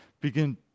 begin